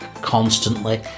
constantly